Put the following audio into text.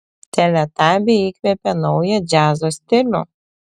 teletabiai įkvėpė naują džiazo stilių